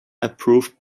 approved